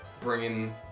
bringing